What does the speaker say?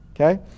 Okay